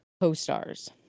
co-stars